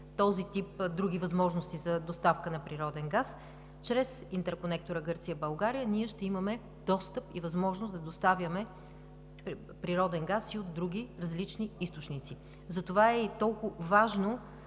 този тип други възможности за доставка на природен газ, чрез която ние ще имаме достъп и възможност да доставяме природен газ и от други различни източници. Затова е и толкова важно